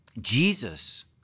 Jesus